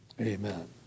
Amen